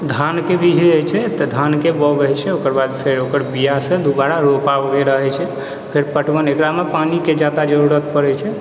धानके भी जे छै धानके बाउग हैय छै ओकर बाद ओकर बीयासँ फेर दोबारा रोपाइ वगैरह होइ छै फेर पटवन एकरामे पानिके जादा जरुरत पड़ै छै